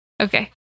Okay